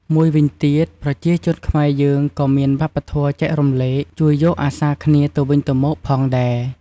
មួយវិញទៀតប្រជាជនខ្មែរយើងក៏មានវប្បធម៌ចែករំលែក ជួយយកអាសាគ្នាទៅវិញទៅមកផងដែរ។